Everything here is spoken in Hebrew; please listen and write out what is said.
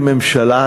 כממשלה,